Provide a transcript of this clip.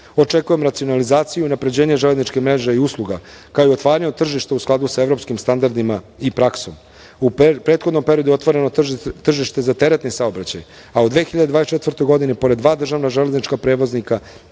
Očekujem racionalizaciju i unapređenje železničke mreže i usluga, kao i otvaranje tržišta u skladu sa evropskim standardima i praksom. U prethodnom periodu je otvoreno tržište za teretni saobraćaj, a u 2024. godini, pored dva državna železnička prevoznika,